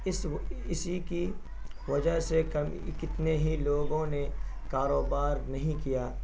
اس اسی کی وجہ سے کتنے ہی لوگوں نے کاروبار نہیں کیا